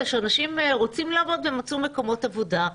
שאנשים רוצים לעבוד ומצאו מקומות עבודה.